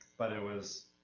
but it was